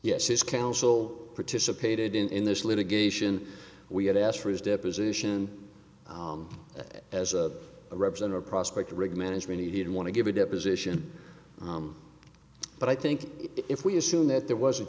yes his counsel participated in this litigation we had asked for his deposition as a representative prospect to rig management he didn't want to give a deposition but i think if we assume that there was